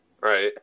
Right